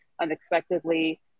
unexpectedly